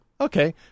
Okay